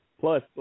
Plus